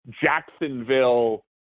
Jacksonville